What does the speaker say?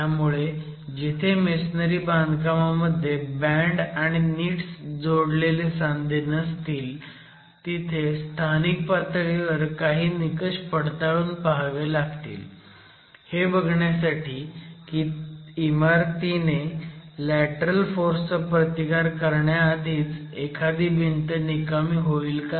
त्यामुळे जिथे मेसनरी बांधकामामध्ये बँड आणि नीट जोडलेले सांधे नसतील तिथे स्थानिक पातळीवर काही निकष पडळातून पहावे लागतील हे बघण्यासाठी की इमारतने लॅटरल फोर्स चा प्रतिकार करण्याआधीच एखादी भिंत निकामी होईल का